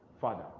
father